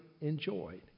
enjoyed